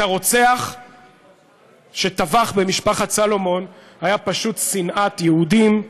הרוצח שטבח במשפחת סלומון היה פשוט שנאת יהודים,